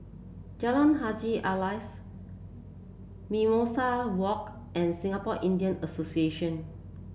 Jalan Haji Alias Mimosa Walk and Singapore Indian Association